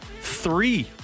three